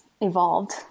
evolved